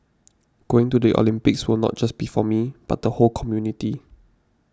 going to the Olympics will not just be for me but the whole community